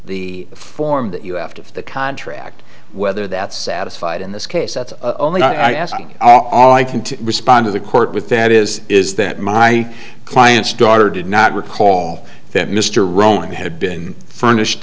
the form that you have to if the contract whether that satisfied in this case that's only asking all i can respond to the court with that is is that my client's daughter did not recall that mr rohani had been furnished